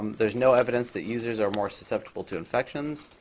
there's no evidence that users are more susceptible to infections.